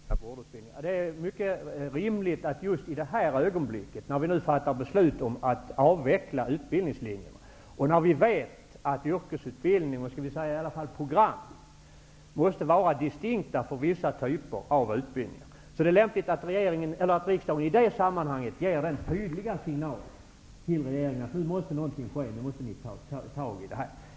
Herr talman! Jag vill mycket kortfattat säga något om examina på vårdutbildningarna. Det är mycket rimligt att riksdagen just i detta ögonblick, när vi skall fatta beslut om att avveckla utbildningslinjerna och när vi vet att yrkesutbildning och program måste vara distinkta för vissa typer av utbildningar, ger en mycket tydlig signal till regeringen att något nu måste ske och att den måste ta tag i detta.